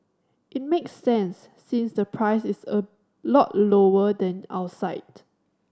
it makes sense since the price is a lot lower than outside